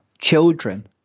children